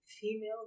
Female